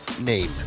name